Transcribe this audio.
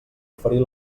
oferir